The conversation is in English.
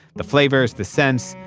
the flavors, the scents,